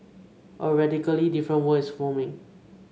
a radically different world is forming